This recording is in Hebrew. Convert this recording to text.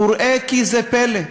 ראה זה פלא,